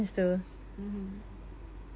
mmhmm